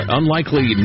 unlikely